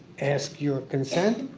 ask your consent,